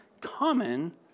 common